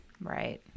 Right